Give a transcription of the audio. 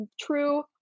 true